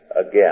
again